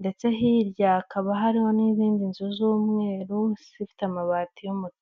ndetse hirya hakaba hariho n'izindi nzu z'umweru zifite amabati y'umutuku.